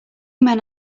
men